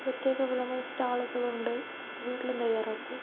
പ്രത്യേക എന്ന് പറയുമ്പോൾ സ്റ്റാളുകളുണ്ട് വീട്ടിലും തയ്യാറാക്കും